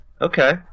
Okay